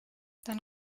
dann